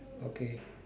okay